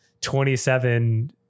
27